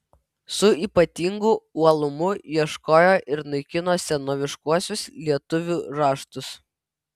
su ypatingu uolumu ieškojo ir naikino senoviškuosius lietuvių raštus